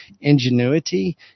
ingenuity